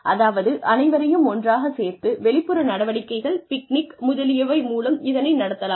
அதாவது அனைவரையும் ஒன்றாகச் சேர்த்து வெளிப்புற நடவடிக்கைகள் பிக்னிக் முதலியவை மூலம் இதனை நடத்தலாம்